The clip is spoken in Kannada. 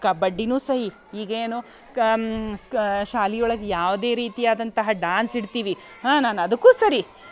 ಕಬಡ್ಡಿಯೂ ಸೈ ಈಗೇನು ಕ ಕ್ಸ ಶಾಲೆ ಒಳಗೆ ಯಾವುದೇ ರೀತಿಯಾದಂತಹ ಡಾನ್ಸ್ ಇಡ್ತೀವಿ ಹಾ ನಾನು ಅದಕ್ಕೂ ಸರಿ